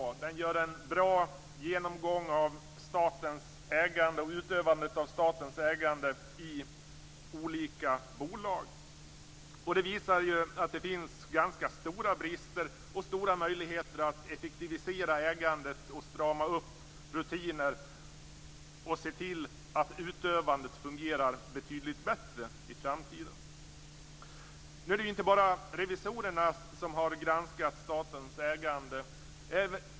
I den görs en bra genomgång av statens ägande och utövandet av detta i olika bolag. Det visar sig att det finns ganska stora brister, och stora möjligheter att effektivisera ägandet, strama upp rutiner och se till att utövandet fungerar betydligt bättre i framtiden. Det är inte bara revisorerna som har granskat statens ägande.